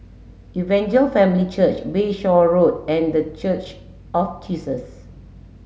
Evangel Family Church Bayshore Road and The Church of Jesus